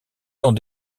dans